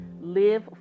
Live